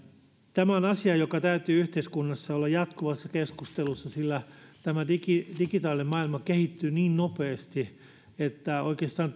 tämä on asia joka täytyy yhteiskunnassa olla jatkuvassa keskustelussa sillä digitaalinen maailma kehittyy niin nopeasti että oikeastaan